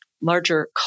larger